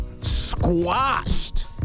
squashed